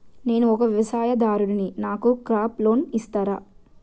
నేను ఒక వ్యవసాయదారుడిని నాకు క్రాప్ లోన్ ఇస్తారా?